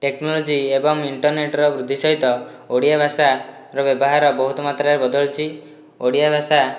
technology ଏବଂ ଇଣ୍ଟର୍ନେଟର ବୃଦ୍ଧି ସହିତ ଓଡ଼ିଆ ଭାଷାର ବ୍ୟବହାର ବହୁତ ମାତ୍ରାରେ ବଦଳିଛି ଓଡ଼ିଆ ଭାଷା